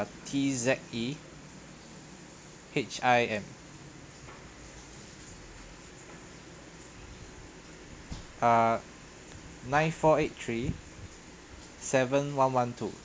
T Z E H I M uh nine four eight three seven one one two